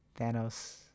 Thanos